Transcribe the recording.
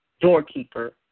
doorkeeper